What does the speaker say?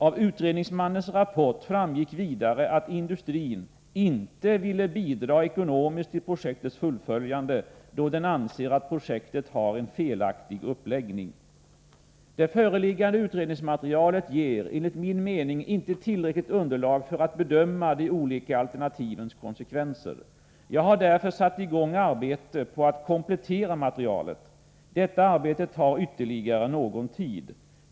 Av utredningsmannens rapport framgick vidare att industrin inte ville bidra ekonomiskt till projektets fullföljande, då den anser att projektet har en felaktig uppläggning. Det föreliggande utredningsmaterialet ger enligt min mening inte tillräckligt underlag för att bedöma de olika alternativens konsekvenser. Jag har därför satt i gång arbete med att komplettera materialet. Detta arbete tar ytterligare någon tid.